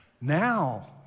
Now